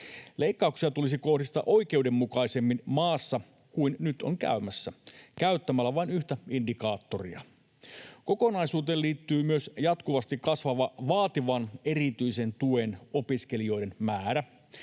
Leikkauksia tulisi kohdistaa maassa oikeudenmukaisemmin kuin nyt on käymässä käyttämällä vain yhtä indikaattoria. Kokonaisuuteen liittyy myös jatkuvasti kasvava vaativan erityisen tuen opiskelijoiden määrä.